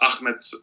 Ahmed